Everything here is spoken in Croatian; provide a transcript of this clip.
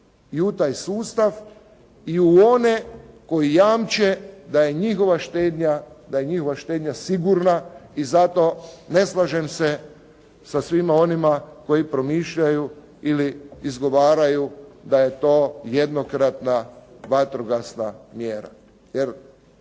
i u taj sustav i u one koji jamče da je njihova štednja, da je njihova štednja sigurna i zato ne slažem se sa svima onima koji promišljaju ili izgovaraju da je to jednokratna vatrogasna mjera